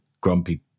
grumpy